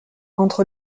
entre